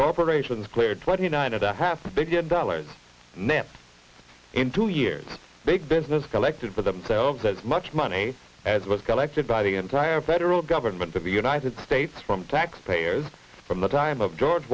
corporations cleared twenty nine and a half billion dollars in two years big business collected for themselves as much money as was collected by the entire federal government of the united states from taxpayers from the time of george